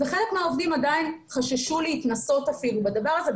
וחלק מהעובדים עדיין חששו להתנסות אפילו בדבר הזה.